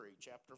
chapter